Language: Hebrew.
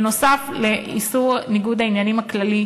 נוסף על איסור ניגוד העניינים הכללי,